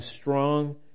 strong